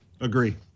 Agree